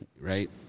right